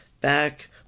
back